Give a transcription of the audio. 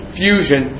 fusion